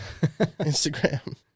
instagram